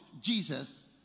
Jesus